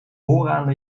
vooraan